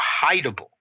hideable